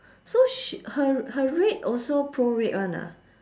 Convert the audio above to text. so sh~ her her rate also prorate [one] ah